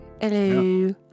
hello